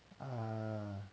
uh